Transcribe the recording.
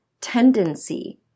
tendency